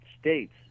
states